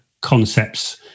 concepts